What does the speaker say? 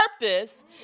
purpose